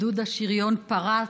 גדוד השריון פרץ,